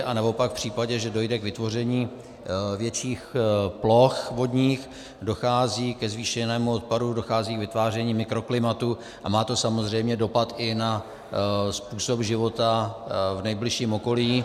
Anebo pak v případě, že dojde k vytvoření větších ploch vodních, dochází ke zvýšenému odpadu, dochází k vytváření mikroklimatu a má to samozřejmě dopad i na způsob života v nejbližším okolí.